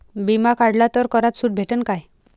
बिमा काढला तर करात सूट भेटन काय?